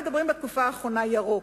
בתקופה האחרונה כולם מדברים "ירוק".